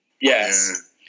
Yes